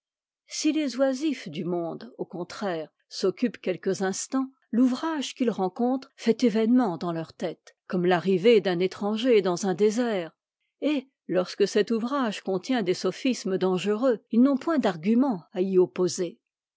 si les oisifs du monde au contraire s'occupent quelques instants l'ouvrage qu'ils rencontrent fait événement dans leur tête comme l'arrivée d'un étranger dans un désert et lorsque cet ouvrage contient des sophismes dangereux ils n'ont point d'argument à y opposer